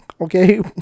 Okay